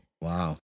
Wow